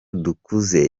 dukoze